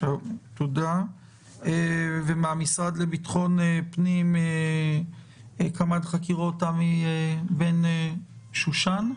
ומן המשרד לביטחון פנים קמ"ד חקירות תמי בן שושן,